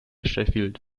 sheffield